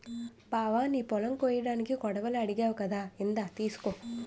బావా నీ పొలం కొయ్యడానికి కొడవలి అడిగావ్ కదా ఇందా తీసుకో